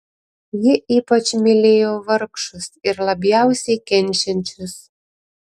ji ypač mylėjo vargšus ir labiausiai kenčiančius